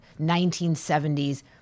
1970s